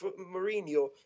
Mourinho